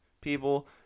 people